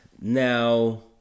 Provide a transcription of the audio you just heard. now